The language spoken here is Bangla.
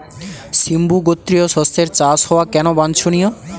সিম্বু গোত্রীয় শস্যের চাষ হওয়া কেন বাঞ্ছনীয়?